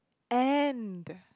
and